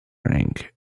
rank